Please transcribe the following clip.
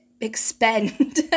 expend